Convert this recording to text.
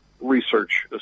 research